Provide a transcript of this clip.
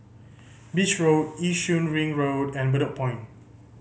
Beach Road Yishun Ring Road and Bedok Point